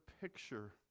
picture